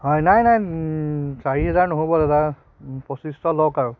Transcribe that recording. হয় নাই নাই চাৰিহাজাৰ নহ'ব দাদা পঁচিছশ লওক আৰু